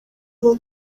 abo